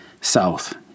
south